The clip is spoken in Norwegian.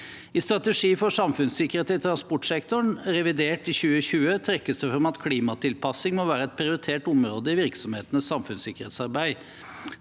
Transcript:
I «Strategi for samfunnssikkerhet i transportsektoren», revidert i 2020, trekkes det fram at klimatilpasning må være «et prioritert område i virksomhetenes samfunnssikkerhetsarbeid».